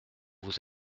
vous